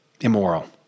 immoral